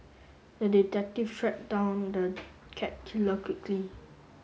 the detective tracked down the cat killer quickly